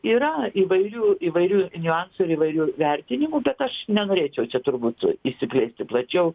yra įvairių įvairių niuansų ir įvairių vertinimų bet aš nenorėčiau čia turbūt išsiplėsti plačiau